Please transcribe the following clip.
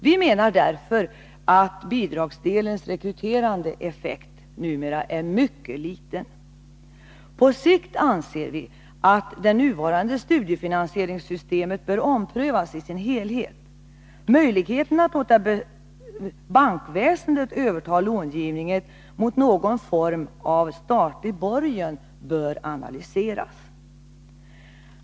Vi menar därför att bidragsdelens rekryterande effekt numera är mycket liten. Det nuvarande studiefinansieringssystemet bör enligt vår mening på sikt omprövas sin helhet. Möjligheten att låta bankväsendet överta långivningen mot någon form av statlig borgen bör analyseras.